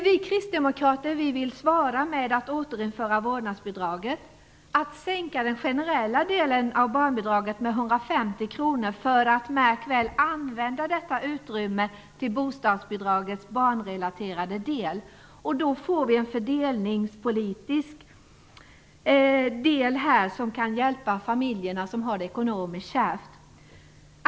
Vi kristdemokrater vill svara med att återinföra vårdnadsbidraget, att sänka den generella delen av barnbidraget med 150 kr för att, märk väl, använda detta utrymme till bostadsbidragets barnrelaterade del. Då får vi en fördelningspolitik som kan hjälpa de familjer som har det kärvt ekonomiskt.